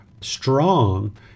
strong